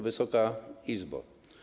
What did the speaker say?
Wysoka Izbo!